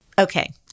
Okay